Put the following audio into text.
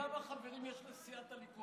כמה חברים יש לסיעת הליכוד?